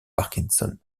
parkinson